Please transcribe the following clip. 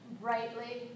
brightly